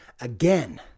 again